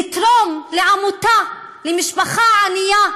לתרום לעמותה, למשפחה ענייה,